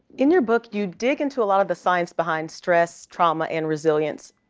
in your book, you dig into a lot of the science behind stress, trauma, and resilience.